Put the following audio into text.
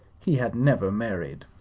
he had never married.